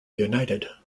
united